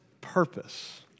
purpose